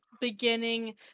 beginning